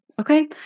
Okay